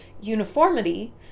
Uniformity